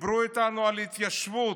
דיברו איתנו על התיישבות,